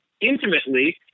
intimately